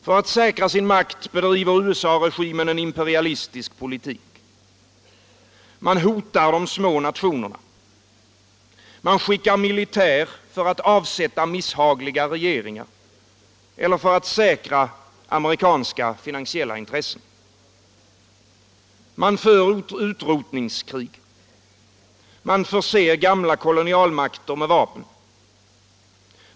För att säkra sin makt bedriver USA-regimen en imperialistisk politik. Man hotar de små nationerna. Man skickar militär för att avsätta misshagliga regeringar eller för att säkra amerikanska finansiella intressen. Man för utrotningskrig. Man förser gamla kolonialmakter med vapen.